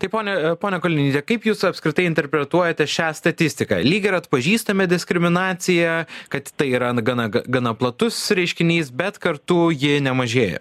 taip ponia ponia kolinyte kaip jūs apskritai interpretuojate šią statistiką lyg ir atpažįstame diskriminaciją kad tai yra gana gana platus reiškinys bet kartu ji nemažėja